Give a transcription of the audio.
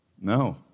No